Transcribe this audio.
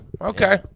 okay